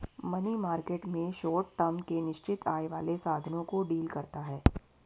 money market में short term के निश्चित आय वाले साधनों को डील करता है